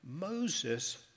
Moses